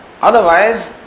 Otherwise